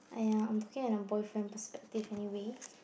!aiya! I'm talking in a boyfriend perspective anyway